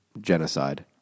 genocide